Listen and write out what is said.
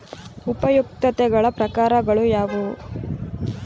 ಉಪಯುಕ್ತತೆಗಳ ಪ್ರಕಾರಗಳು ಯಾವುವು?